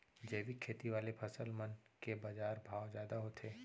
जैविक खेती वाले फसल मन के बाजार भाव जादा होथे